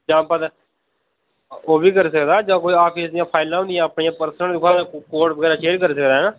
जां ओह् बी करी सकदा जां कुतै आफिस दियां फाइलां हुंदियां अपनियां उऐ कोड बगैरा चेंज करी सकदा हैना